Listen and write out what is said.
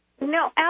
No